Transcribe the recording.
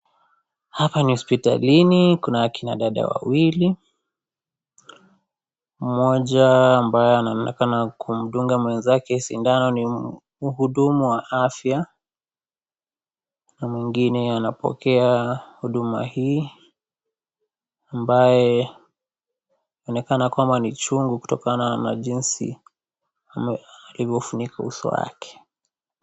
Hapa ni hospitalini kuna kina dada wawili, mmoja ambaye anaonekana kumdunga mwenzake sindano ni mhudumu wa afya na mwingine anapokea huduma hii ambaye inaonekana kwamba ni chungu kutokana na jinsi alivyofunika uso wake.